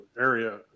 area